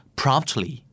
promptly